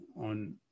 on